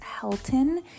Helton